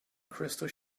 crystal